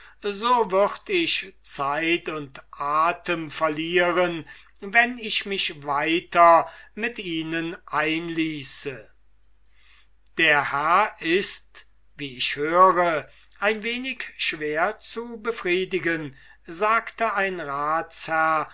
so würd ich zeit und atem verlieren wenn ich mich weiter mit ihnen einließe der herr ist wie ich höre ein wenig schwer zu befriedigen sagte ein ratsherr